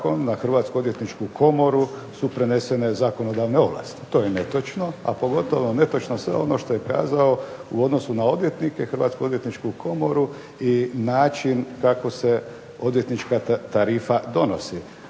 na Hrvatsku odvjetničku komoru su prenesene zakonodavne ovlasti. To je netočno, a pogotovo netočno sve ono što je kazao u odnosu na odvjetnike, Hrvatsku odvjetničku komoru i način kako se odvjetnička tarifa donosi.